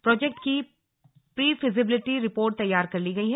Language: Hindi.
प्रोजेक्ट की प्री फिजीबिलीटी रिपोर्ट तैयार कर ली गई है